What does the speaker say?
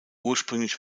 ursprünglich